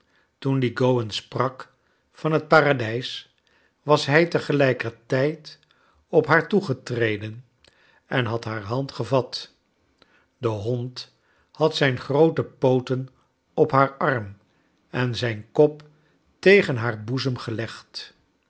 toen die gowan sprak van het parades was hij tegelijkertijd op haar toegetreden en had haar hand gevat de hond had zijn groote pooten op haar arm en zijn kop tegen haar boezem gelegd